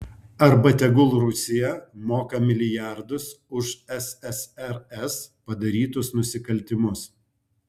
arba tegul rusija moka milijardus už ssrs padarytus nusikaltimus